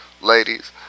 ladies